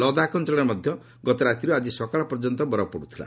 ଲଦାଖ୍ ଅଞ୍ଚଳରେ ମଧ୍ୟ ଗତ ରାତିରୁ ଆକ୍ରି ସକାଳ ପର୍ଯ୍ୟନ୍ତ ମଧ୍ୟ ବରଫ ପଡ଼ୁଥିଲା